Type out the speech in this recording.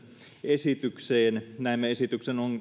esitykseen näemme esityksen